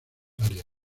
áreas